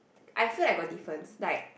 I feel like got different like